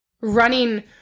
running